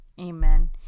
Amen